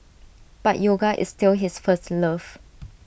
but yoga is still his first love